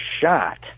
shot